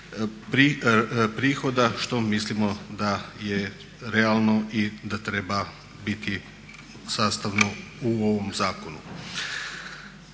prihoda što mislimo da je realno i da treba biti sastavno u ovom zakonu.